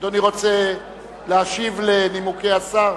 אדוני רוצה להשיב על נימוקי השר?